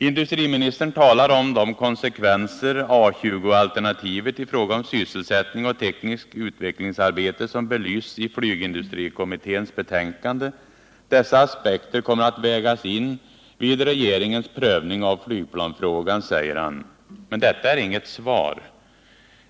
Industriministern talar om de konsekvenser som en inriktning mot A20-alternativet skulle få i fråga om sysselsättning och tekniskt utvecklingsarbete och som belysts i flygindustrikommitténs betänkande. Dessa aspekter kommer att vägas in vid regeringens prövning av flygplansfrågan, säger han. Men detta är inget svar.